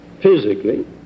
Physically